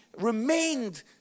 remained